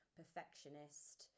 perfectionist